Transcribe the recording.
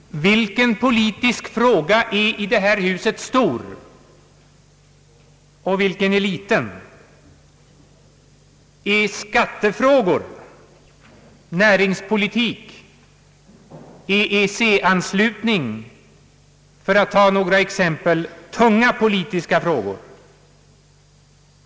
Vilken politisk fråga är i det här huset stor och vilken är liten? Är skattefrågor, näringspolitik och EEC-anslutning, för att ta några exempel, tunga politiska frågor?